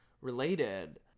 related